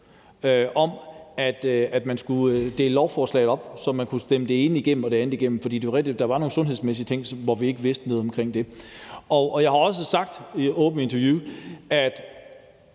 om, at man skulle dele lovforslaget op, så man kunne stemme det ene igennem og det andet igennem, for det er rigtigt, at der var nogle sundhedsmæssige ting, som vi ikke vidste noget om. Jeg har også sagt i et åbent interview, at